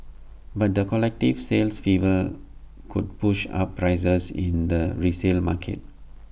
but the collective sales fever could push up prices in the resale market